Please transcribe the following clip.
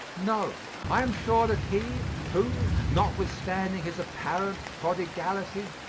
no, i am sure that he who, notwithstanding his apparent prodigality,